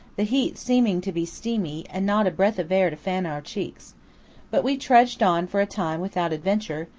the heat seeming to be steamy, and not a breath of air to fan our cheeks but we trudged on for a time without adventure,